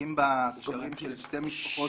שמוצגים בה קשרים של שתי משפחות,